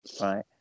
Right